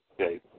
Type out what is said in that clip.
Okay